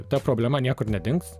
ta problema niekur nedings